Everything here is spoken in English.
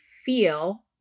feel